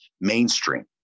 Mainstream